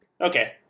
okay